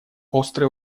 острый